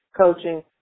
coaching